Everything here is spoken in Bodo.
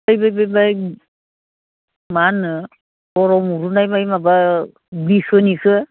ओइ बे बोरैबा मा होनो हराव मुरुनाय बै माबा बिखनिखौ